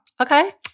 Okay